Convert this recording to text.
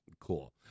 cool